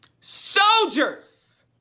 Soldiers